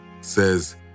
says